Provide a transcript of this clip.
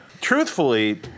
Truthfully